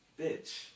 Bitch